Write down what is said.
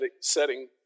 setting